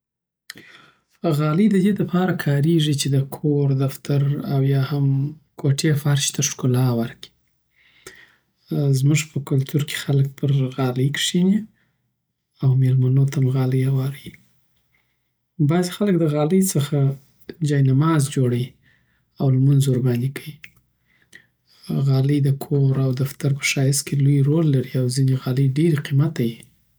غالۍ د دې لپاره کارېږي چی د کور، دفتر او یاهم کوټی فرش ته ښکلا ورکړي. زموږ په کلتور کی خلک پرغالی کښېني او میلمنو ته هم غالی هواره یی بعضی خلک دغالی څخه جای نماز جوړوی او لمونځ ورباندی کوی غالی د کور او دفتر په ښایست کی لوی رول لری او ځینی غالی ډیر قیمته یی